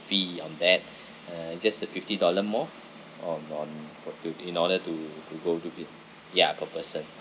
fee on that uh just a fifty dollar more on on for to in order to to go with it ya per person